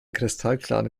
kristallklaren